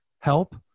Help